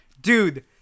Dude